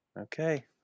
Okay